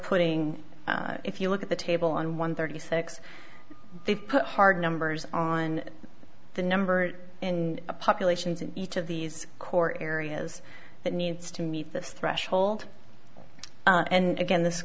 putting if you look at the table on one thirty six they put hard numbers on the number and populations in each of these core areas that needs to meet this threshold and again this